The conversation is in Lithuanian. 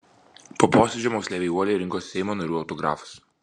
po posėdžio moksleiviai uoliai rinko seimo narių autografus